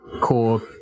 core